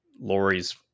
Lori's